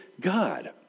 God